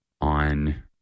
on